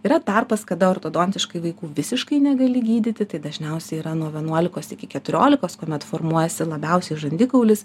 yra tarpas kada ortodoksiškai vaikų visiškai negali gydyti tai dažniausiai yra nuo vienuolikos iki keturiolikos kuomet formuojasi labiausiai žandikaulis